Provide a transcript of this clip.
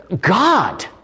God